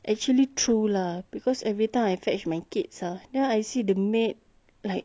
actually true lah because every time I fetch my kids ah then I see the maid like